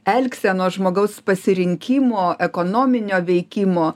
elgsenos žmogaus pasirinkimo ekonominio veikimo